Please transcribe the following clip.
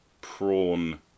prawn